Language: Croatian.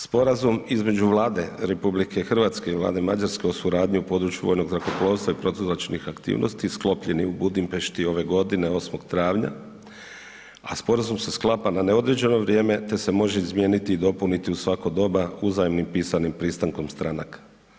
Sporazum između Vlade RH i Vlade Mađarske o suradnji u području vojnog zrakoplovstva i protuzračnih aktivnosti sklopljen je u Budimpešti ove godine 8. travnja, a sporazum se sklapa na neodređeno vrijeme te se može izmijeniti i dopuniti u svako doba uzajamnim pisanim pristankom stranaka.